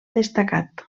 destacat